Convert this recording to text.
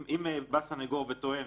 אם סנגור טוען